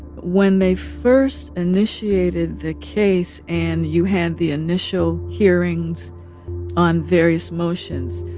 when they first initiated the case and you had the initial hearings on various motions,